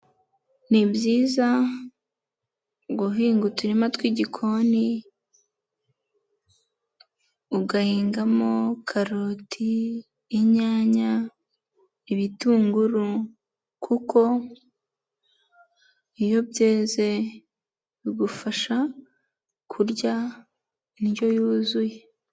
Ni byiza guhinga uturima tw'igikoni, ugahingamo karoti, inyanya, ibitunguru kuko iyo byeze bigufasha kurya indyo yuzuye.